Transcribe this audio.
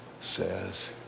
says